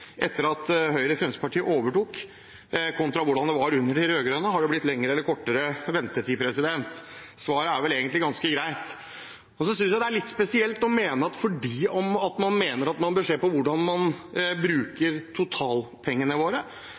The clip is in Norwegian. etter at Høyre og Fremskrittspartiet overtok, kontra hvordan det var under de rød-grønne: Har det blitt lengre eller kortere ventetid? Svaret er vel egentlig ganske greit. Jeg synes det er litt spesielt å mene at fordi man mener man bør se på hvordan man bruker pengene våre